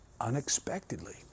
unexpectedly